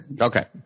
Okay